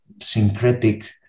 syncretic